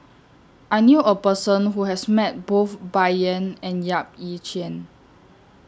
I knew A Person Who has Met Both Bai Yan and Yap Ee Chian